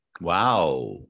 Wow